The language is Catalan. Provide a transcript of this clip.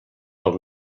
del